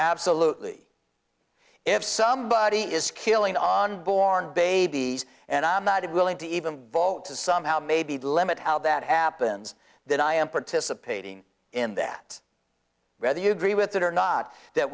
absolutely if somebody is killing on born babies and i'm not willing to even vote to somehow maybe limit how that happens then i am participating in that whether you agree with it or not that